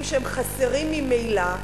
ויישובים שהם חסרים ממילא.